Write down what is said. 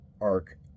arc